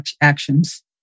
actions